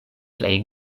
plej